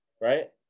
right